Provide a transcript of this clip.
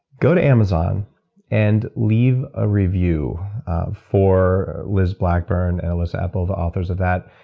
go to amazon and leave a review for liz blackburn and elissa epel, the authors of that.